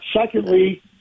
Secondly